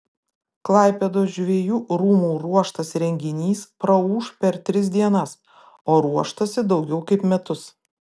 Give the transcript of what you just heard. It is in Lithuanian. klaipėdos žvejų rūmų ruoštas renginys praūš per tris dienas o ruoštasi daugiau kaip metus